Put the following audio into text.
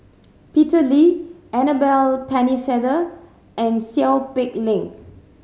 Peter Lee Annabel Pennefather and Seow Peck Leng